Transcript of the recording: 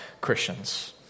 Christians